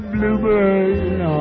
Bluebird